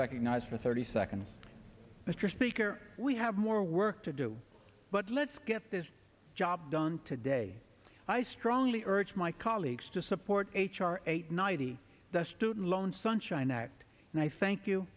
recognized for thirty seconds mr speaker we have more work to do but let's get this job done today i strongly urge my colleagues to support h r eight ninety the student loan sunshine act and i thank you